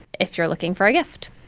if you're looking for a gift,